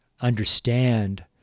understand